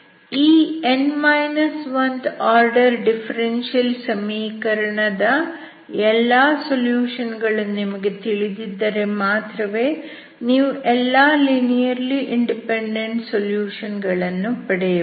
ಈ th order ನ differential ಸಮೀಕರಣ th order differential equation ದ ಎಲ್ಲಾ ಸೊಲ್ಯೂಷನ್ ಗಳು ನಿಮಗೆ ತಿಳಿದಿದ್ದರೆ ಮಾತ್ರವೇ ನೀವು ಎಲ್ಲಾ ಲೀನಿಯರ್ಲಿ ಇಂಡಿಪೆಂಡೆಂಟ್ ಸೊಲ್ಯೂಷನ್ ಗಳನ್ನು ಪಡೆಯಬಹುದು